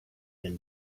been